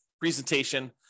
presentation